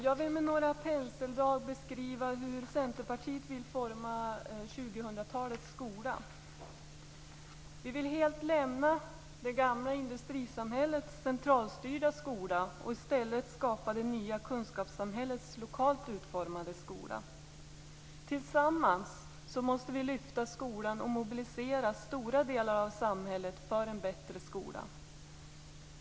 Jag vill med några penseldrag beskriva hur Centerpartiet vill forma 2000-talets skola. Vi vill helt lämna det gamla industrisamhällets centralstyrda skola och i stället skapa det nya kunskapssamhällets lokalt utformade skola. Tillsammans måste vi lyfta skolan och mobilisera stora delar av samhället för en bättre skola.